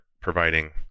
providing